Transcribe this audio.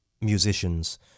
musicians